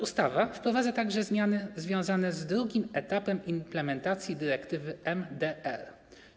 Ustawa wprowadza także zmiany związane z drugim etapem implementacji dyrektywy MDR.